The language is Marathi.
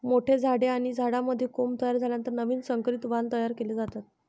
मोठ्या झाडे आणि झाडांमध्ये कोंब तयार झाल्यानंतर नवीन संकरित वाण तयार केले जातात